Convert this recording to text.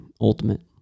ultimate